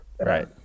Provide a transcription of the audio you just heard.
Right